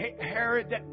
Herod